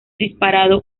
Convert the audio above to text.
disparado